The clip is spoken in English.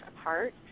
apart